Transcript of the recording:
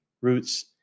roots